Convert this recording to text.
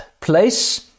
place